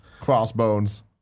crossbones